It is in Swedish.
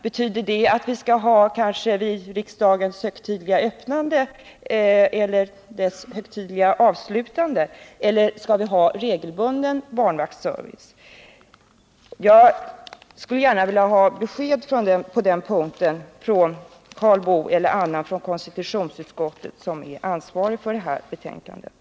Betyder det att vi skall ha barnvaktsservice enbart vid riksdagens högtidliga öppnande eller att vi skall ha regelbunden barnvaktsservice? Jag skulle gärna vilja få besked på den punkten av Karl Boo eller någon annan i konstitutionsutskantet som är ansvarig för det här betänkandet.